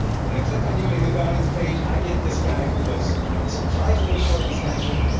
when i click on yuri gagarin's page, i get this guy who was surprisingly short in stature,